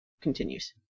continues